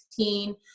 2016